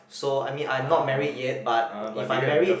so I mean I'm not married yet but if I'm married